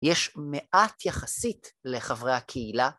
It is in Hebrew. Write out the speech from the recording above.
‫יש מעט יחסית לחברי הקהילה.